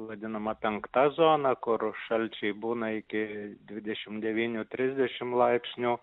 vadinama penkta zona kur šalčiai būna iki dvidešim devynių trisdešim laipsnių